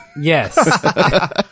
Yes